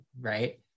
right